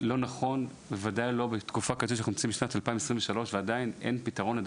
לא נכון, בוודאי לא בשנת 2023. עדיין אין פתרון.